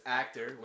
actor